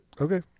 Okay